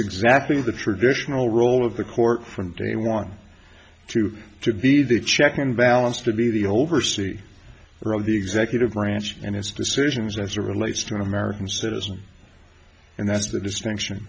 exactly the traditional role of the court from day one to to be the check and balance to be the oversee or of the executive branch and his decisions as a relates to an american citizen and that's the distinction